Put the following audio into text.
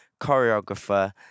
choreographer